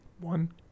one